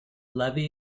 levy